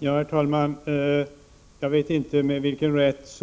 Herr talman! Jag vet inte med vilken rätt